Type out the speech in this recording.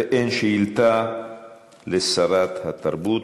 ואין שאילתה לשרת התרבות.